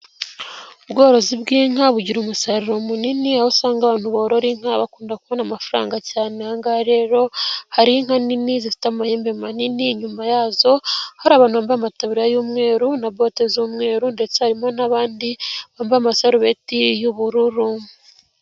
Ubworozi bw'inka bugira umusaruro munini, aho usanga abantu borora inka bakunda kubona amafaranga cyane, aha ngaha rero hari inka nini zifite amahembe manini, inyuma yazo hari abantu bambaye amataburiya y'umweru na bote z'umweru ndetse harimo n'abandi bambaye amasarubeti y'ubururu.